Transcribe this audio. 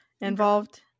involved